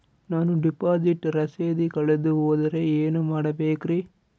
ನಾನು ಡಿಪಾಸಿಟ್ ರಸೇದಿ ಕಳೆದುಹೋದರೆ ಏನು ಮಾಡಬೇಕ್ರಿ?